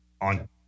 On